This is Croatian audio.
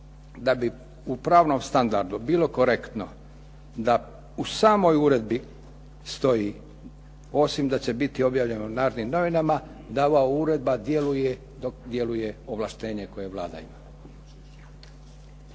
da bi u pravnom standardu bilo korektno da u samoj uredbi stoji osim da će biti objavljeno u narodnim novinama da ova uredba djeluje dok djeluje ovlaštenje koje Vlada ima.